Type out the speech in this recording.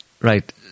right